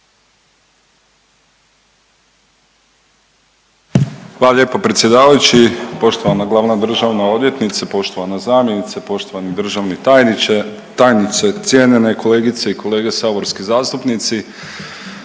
Hvala lijepo predsjedavajući, poštovana glavna državna odvjetnice, poštovana zamjenice, poštovani državni tajniče, tajnice, cijenjene kolegice i kolege saborski zastupnici.